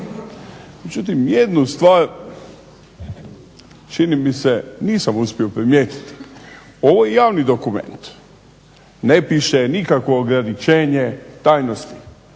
Međutim, jednu stvar čini mi se nisam uspio primijetiti. Ovo je javni dokument, ne piše nikakvo ograničenje tajnosti,